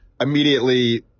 immediately